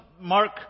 Mark